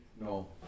no